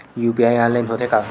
UPI online होथे का?